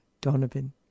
Donovan